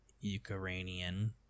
Ukrainian